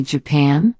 Japan